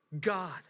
God